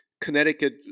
Connecticut